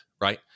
right